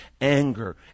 anger